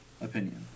opinion